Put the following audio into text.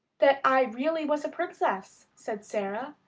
that i really was a princess, said sara,